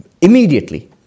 Immediately